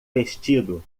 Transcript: vestido